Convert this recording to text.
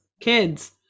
kids